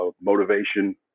motivation